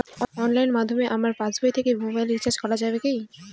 অনলাইনের মাধ্যমে আমার পাসবই থেকে মোবাইল রিচার্জ করা যাবে কি?